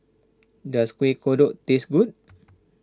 does Kueh Kodok taste good